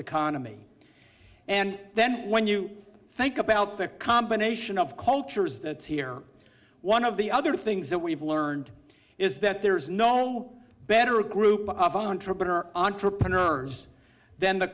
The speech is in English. economy and then when you think about the combination of cultures that's here one of the other things that we've learned is that there's no better group of entrepreneur entrepreneurs then the